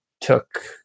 took